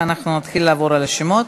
ונתחיל לעבור על השמות.